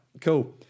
cool